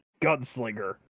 Gunslinger